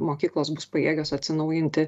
mokyklos bus pajėgios atsinaujinti